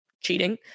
cheating